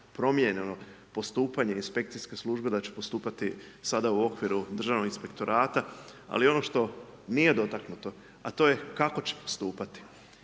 promijenjeno postupanje Inspekcijske službe da će postupati sada u okviru Državnog inspektorata. Ali ono što nije dotaknuto, a to je kako će postupati?